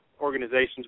organizations